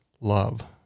love